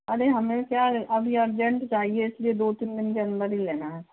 अरे हमें क्या है अभी अर्जेन्ट चाहिए इसलिए दो तीन दिन के अंदर ही लेना है